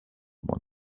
món